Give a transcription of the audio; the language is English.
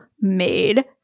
made